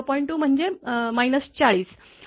2 म्हणजे 40